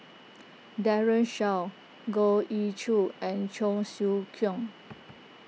Daren Shiau Goh Ee Choo and Cheong Siew Keong